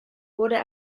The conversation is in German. wurde